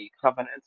covenant